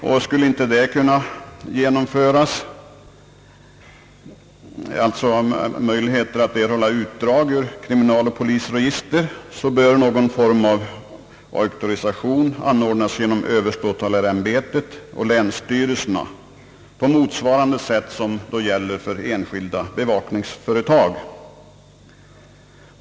Om förslaget att erhålla utdrag ur kriminaloch polisregister inte skulle kunna genomföras bör någon form av auktorisation anordnas genom överståthållarämbetet och länsstyrelserna på motsvarande sätt som gäller för enskilda bevakningsföretag.